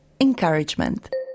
encouragement